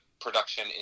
production